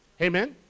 Amen